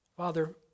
Father